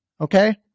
Okay